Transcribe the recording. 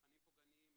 תכנים פוגעניים,